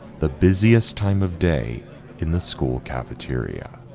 the busiest time of day in the school cafeteria.